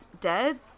dead